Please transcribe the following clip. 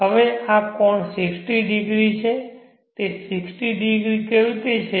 હવે આ કોણ 60 ડિગ્રી છે તે 60ડિગ્રી કેવી રીતે છે